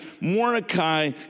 Mordecai